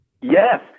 Yes